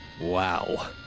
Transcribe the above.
Wow